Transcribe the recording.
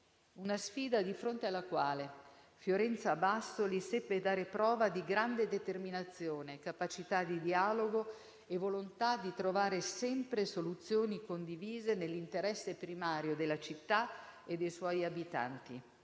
una sfida di fronte alla quale Fiorenza Bassoli seppe dare prova di grande determinazione, capacità di dialogo e volontà di trovare sempre soluzioni condivise nell'interesse primario della città e dei suoi abitanti,